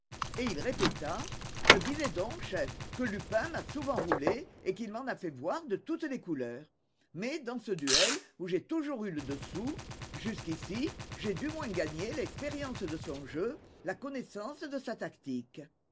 et il répéta je disais donc chef que lupin m'a souvent roulé et qu'il m'en a fait voir de toutes les couleurs mais dans ce duel où j'ai toujours eu le dessous jusqu'ici j'ai du moins gagné l'expérience de son jeu la connaissance de sa tactique